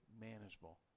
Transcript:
manageable